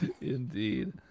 Indeed